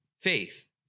faith